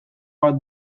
bat